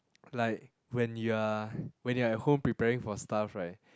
like when you are when you are at home preparing for stuff right